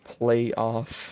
playoff